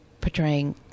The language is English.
portraying